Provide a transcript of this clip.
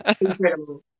Incredible